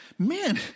Man